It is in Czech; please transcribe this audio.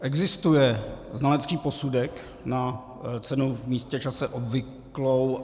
Existuje znalecký posudek na cenu v místě a čase obvyklou?